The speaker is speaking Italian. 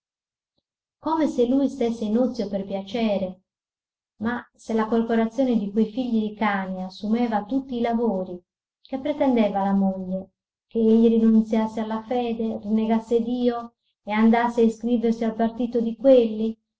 come se lui stesse in ozio per piacere ma se la corporazione di quei figli di cane assumeva tutti i lavori che pretendeva la moglie ch'egli rinunziasse alla fede rinnegasse dio e andasse a iscriversi al partito di quelli